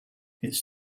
its